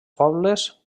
pobles